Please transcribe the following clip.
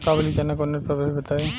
काबुली चना के उन्नत प्रभेद बताई?